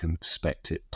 perspective